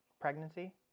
pregnancy